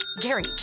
Gary